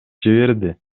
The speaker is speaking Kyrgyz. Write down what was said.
жиберди